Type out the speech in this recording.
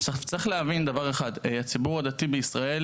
וצריך להבין דבר אחד: ציבור שומרי השבת בישראל